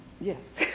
Yes